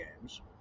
games